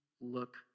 look